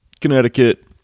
Connecticut